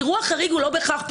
אירוע חריג הוא לא בהכרח פלילי.